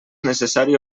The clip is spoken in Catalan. necessari